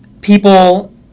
people